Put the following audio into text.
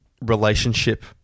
relationship